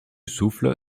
souffle